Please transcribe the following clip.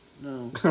No